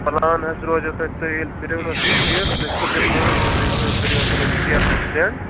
آہَن حظ سُہ روزِہیو تۅہہِ تُہۍ ییٚلہِ تٔرِو نا کٔشیٖر تُہۍ کٔرۍزیٚو کٲم تُہۍ کٔرو پنٕنۍ ڈِٹیل حظ سینٛڈ